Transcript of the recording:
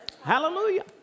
Hallelujah